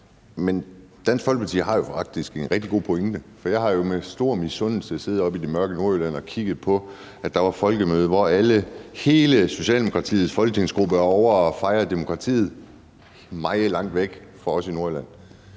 Men Dansk Folkeparti har jo faktisk er en rigtig god pointe. Jeg har med stor misundelse siddet oppe i det mørke Nordjylland og kigget på, at der var folkemøde, hvor hele Socialdemokratiets folketingsgruppe var ovre og fejre demokratiet – meget langt væk fra os i Nordjylland.